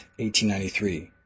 1893